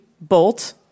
Bolt